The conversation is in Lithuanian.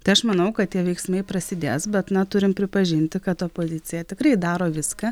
tai aš manau kad tie veiksmai prasidės bet na turim pripažinti kad opozicija tikrai daro viską